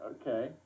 Okay